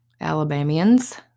Alabamians